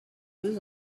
deux